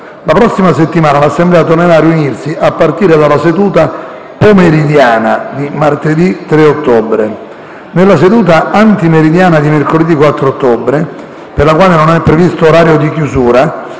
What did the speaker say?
La prossima settimana l'Assemblea tornerà a riunirsi, a partire dalla seduta pomeridiana di martedì 3 ottobre. Nella seduta antimeridiana di mercoledì 4 ottobre, per la quale non è previsto orario di chiusura,